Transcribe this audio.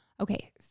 okay